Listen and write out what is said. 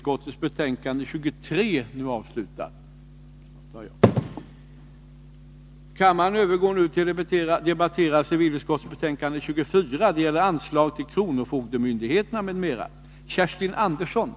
Kammaren övergår nu till att debattera civilutskottets betänkande 24 om anslag till lokala skattemyndigheterna och kronofogdemyndigheterna m.m.